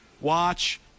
watch